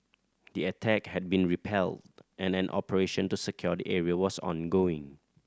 the attack had been repelled and an operation to secure the area was ongoing